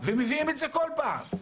מביאים את זה בכל פעם.